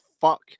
fuck